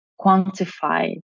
quantify